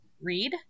read